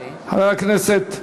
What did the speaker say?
חבר הכנסת רזבוזוב,